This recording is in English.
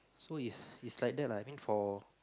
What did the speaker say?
so it's it's like that lah I mean for